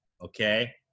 okay